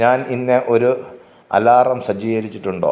ഞാൻ ഇന്ന് ഒരു അലാറം സജ്ജീകരിച്ചിട്ടുണ്ടോ